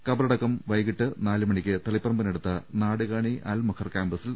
ഖബറടക്കം ഇന്ന് വൈകീട്ട് നാല് മണിക്ക് തളിപ്പറമ്പിനടുത്ത നാടുകാണി അൽ മഖർ ക്യാമ്പസിൽ